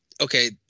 okay